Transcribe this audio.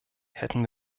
hätten